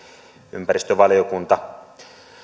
ympäristövaliokunta